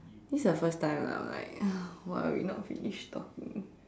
this the first time that I'm like uh why are we not finished talking